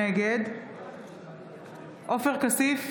נגד עופר כסיף,